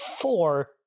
four